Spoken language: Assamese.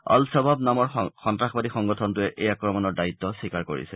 অল খ্বাব নামৰ সন্তাসবাদী সংগঠনটোৱে এই আক্ৰমণৰ দায়িত্ব স্বীকাৰ কৰিছে